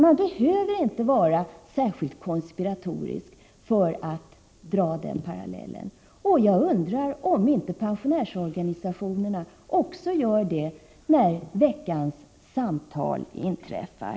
Man behöver inte vara särskilt konspiratorisk för att dra den parallellen. Jag undrar om inte pensionärsorganisationerna också kommer att göra det när veckans samtal inträffar.